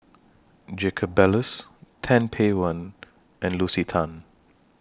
Jacob Ballas Tan Paey one and Lucy Tan